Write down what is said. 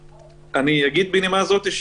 אגיד בנימה זו: